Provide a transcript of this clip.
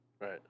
Right